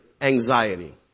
anxiety